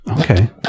Okay